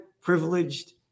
privileged